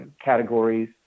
categories